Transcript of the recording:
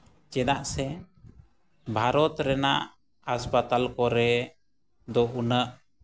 ᱪᱮᱫᱟᱜ ᱥᱮ ᱵᱷᱟᱨᱚᱛ ᱨᱮᱱᱟᱜ ᱦᱟᱥᱯᱟᱛᱟᱞ ᱠᱚᱨᱮ ᱫᱚ ᱩᱱᱟᱹᱜ